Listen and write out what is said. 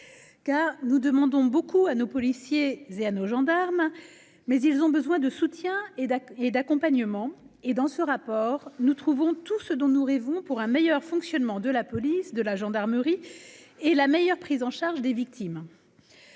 cas nous demandons beaucoup à nos policiers et à nos gendarmes, mais ils ont besoin de soutien et d'accueil et d'accompagnement, et dans ce rapport, nous trouvons tout ce dont nous rêvons pour un meilleur fonctionnement de la police de la gendarmerie et la meilleure prise en charge des victimes